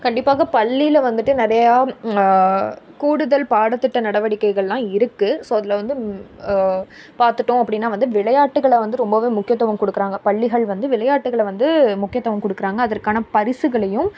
கண்டிப்பாக பள்ளியில் வந்துவிட்டு நிறையா கூடுதல் பாடத்திட்டம் நடவடிக்கைள்லாம் இருக்கு ஸோ அதில் வந்து பார்த்துட்டோம் அப்படின்னா வந்து விளையாட்டுகளை வந்து ரொம்ப முக்கியத்துவம் கொடுக்குறாங்க பள்ளிகள் வந்து விளையாட்டுகளை வந்து முக்கியத்துவம் கொடுக்குறாங்க அதற்கான பரிசுகளையும்